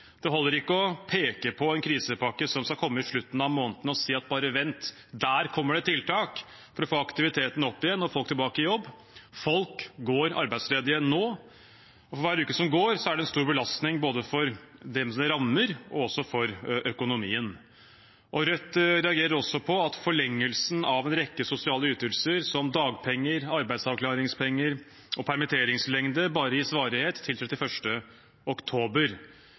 Det holder ikke å peke på en krisepakke som skal komme i slutten av måneden og si: Bare vent, der kommer det tiltak for å få aktiviteten opp igjen og folk tilbake i jobb. Folk går arbeidsledige nå, og for hver uke som går, er det en stor belastning både for dem det rammer, og også for økonomien. Rødt reagerer også på at forlengelsen av en rekke sosiale ytelser, som dagpenger, arbeidsavklaringspenger og permitteringslengde, bare gis varighet til 31. oktober,